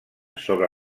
sobre